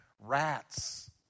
Rats